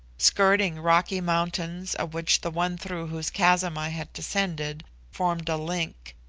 skirting rocky mountains of which the one through whose chasm i had descended formed a link.